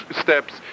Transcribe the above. steps